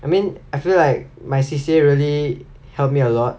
I mean I feel like my C_C_A really helped me a lot